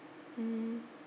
mm